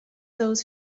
those